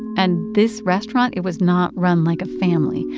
and this restaurant, it was not run like a family.